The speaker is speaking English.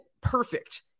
perfect